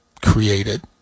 created